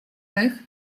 тих